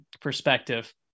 perspective